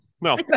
No